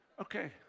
Okay